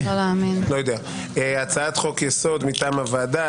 הצעת חוק מטעם הוועדה,